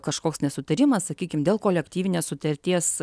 kažkoks nesutarimas sakykim dėl kolektyvinės sutarties